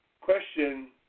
question